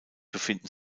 befinden